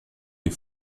les